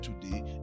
today